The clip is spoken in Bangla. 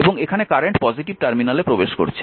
এবং এখানে কারেন্ট পজিটিভ টার্মিনালে প্রবেশ করছে